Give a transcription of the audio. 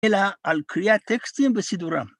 ‫אלא על קריאת טקסטים וסידורם.